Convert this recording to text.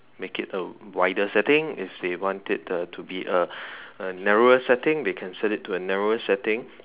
make it a wider setting if they want it to be a narrower setting they can set it to a narrower setting